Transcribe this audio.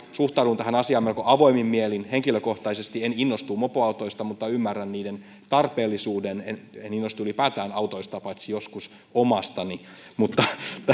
suhtaudun tähän asiaan melko avoimin mielin henkilökohtaisesti en innostu mopoautoista mutta ymmärrän niiden tarpeellisuuden en en innostu ylipäätään autoista paitsi joskus omastani mutta